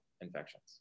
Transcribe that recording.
infections